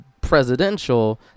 presidential